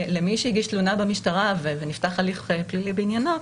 למי שהגיש תלונה במשטרה ונפתח הליך פלילי בעניינו,